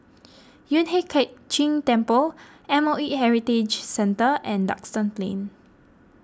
Yueh Hai Ching Temple M O E Heritage Centre and Duxton Plain